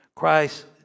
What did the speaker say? Christ